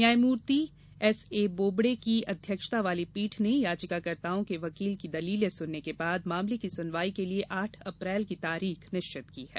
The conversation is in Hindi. न्यायमूर्ति एस ए बोबडे की अध्यक्षता वाली पीठ ने याचिकाकर्ताओं के वकील की दलीलें सुनने के बाद मामले की सुनवाई के लिए आठ अप्रैल की तारीख निश्चित की है